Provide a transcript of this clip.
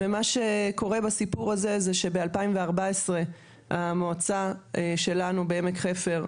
מה שקורה בסיפור הזה הוא שב-2014 המועצה שלנו בעמק חפר,